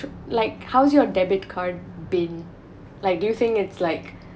like how's your debit card been like do you think it's like